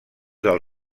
del